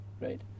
Right